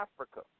Africa